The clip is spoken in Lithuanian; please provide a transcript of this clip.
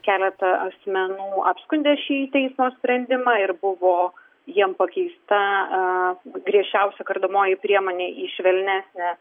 keletą asmenų apskundė šį teismo sprendimą ir buvo jiem pakeista griežčiausia kardomoji priemonė į švelnesnę